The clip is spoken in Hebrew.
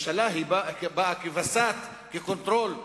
ממשלה באה כווסת, כקונטרול,